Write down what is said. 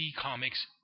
Comics